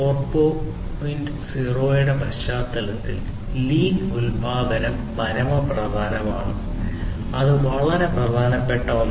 0 ന്റെ പശ്ചാത്തലത്തിൽ ലീൻ ഉത്പാദനം പരമപ്രധാനമാണ് അത് വളരെ പ്രധാനപ്പെട്ട ഒന്നാണ്